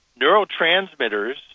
neurotransmitters